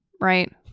right